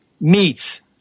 meats